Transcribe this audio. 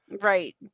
Right